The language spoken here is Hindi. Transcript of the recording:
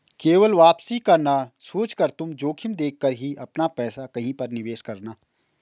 केवल वापसी का ना सोचकर तुम जोखिम देख कर ही अपना पैसा कहीं पर निवेश करना